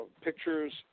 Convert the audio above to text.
pictures